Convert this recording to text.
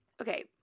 okay